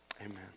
Amen